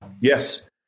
Yes